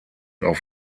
auf